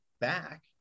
back